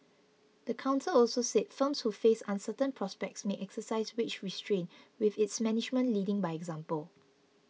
the council also said firms who face uncertain prospects may exercise wage restraint with its management leading by example